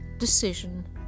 decision